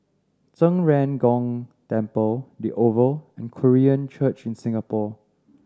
Zhen Ren Gong Temple The Oval and Korean Church in Singapore